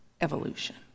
evolution